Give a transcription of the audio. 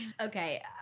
Okay